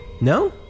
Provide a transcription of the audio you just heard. No